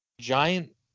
giant